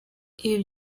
ibi